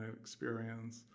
experience